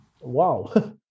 Wow